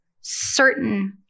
certain